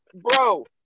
bro